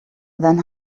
then